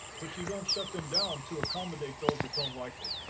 but you don't shut them down to accommodate those that don't like it.